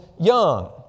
young